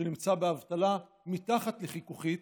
שנמצא באבטלה מתחת לחיכוכית,